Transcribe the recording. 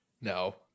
No